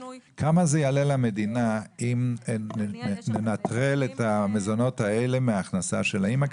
כמה זה יעלה למדינה אם ננטרל את המזונות האלה מההכנסה של האימא,